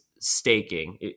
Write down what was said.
staking